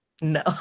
No